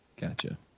Gotcha